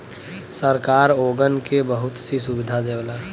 सरकार ओगन के बहुत सी सुविधा देवला